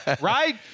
right